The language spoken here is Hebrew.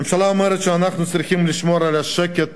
הממשלה אומרת שאנחנו צריכים לשמור על השקט,